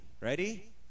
Ready